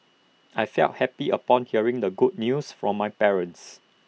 I felt happy upon hearing the good news from my parents